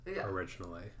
originally